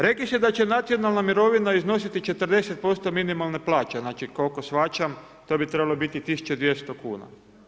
Rekli ste da će nacionalna mirovina iznositi 40% minimalne plaće, znači koliko shvaćam to bi trebalo biti 1200 kuna.